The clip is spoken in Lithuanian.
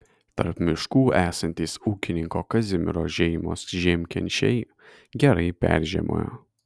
tarp miškų esantys ūkininko kazimiro žeimos žiemkenčiai gerai peržiemojo